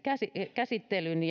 käsittelyn